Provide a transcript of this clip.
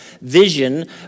vision